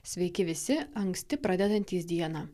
sveiki visi anksti pradedantys dieną